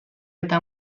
eta